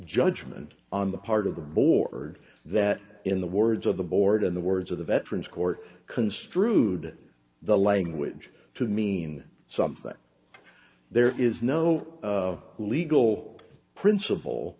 judgment on the part of the board that in the words of the board in the words of the veterans court construed the language to mean something there is no legal principle